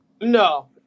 No